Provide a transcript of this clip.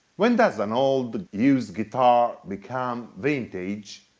when does an old, used guitar become vintage?